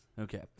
Okay